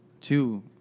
two